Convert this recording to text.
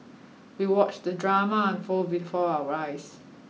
we watched the drama unfold before our eyes